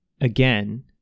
again